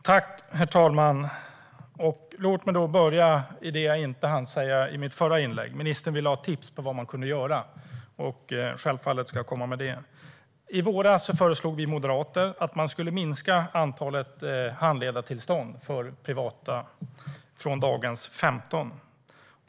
Herr talman! Låt mig börja med det som jag inte hann säga i mitt förra inlägg. Ministern ville ha tips på vad man kan göra, och självfallet ska jag komma med det. I våras föreslog vi moderater att man skulle minska antalet privata handledartillstånd från dagens 15.